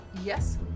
Yes